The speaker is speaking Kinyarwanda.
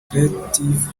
creative